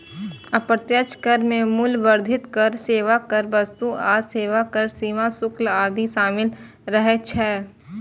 अप्रत्यक्ष कर मे मूल्य वर्धित कर, सेवा कर, वस्तु आ सेवा कर, सीमा शुल्क आदि शामिल रहै छै